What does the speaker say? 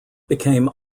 became